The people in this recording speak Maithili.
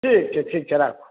ठीक छै ठीक छै राखू